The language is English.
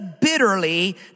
bitterly